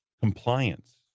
Compliance